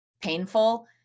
painful